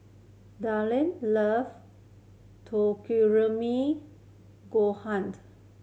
Dillon love Takikomi gohaned